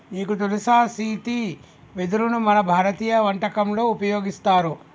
నీకు తెలుసా సీతి వెదరును మన భారతీయ వంటకంలో ఉపయోగిస్తారు